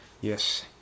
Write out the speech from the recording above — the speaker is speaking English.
Yes